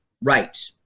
right